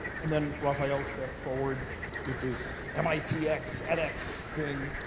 and then rafael stepped forward with this and mitx edx thing,